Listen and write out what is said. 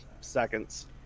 seconds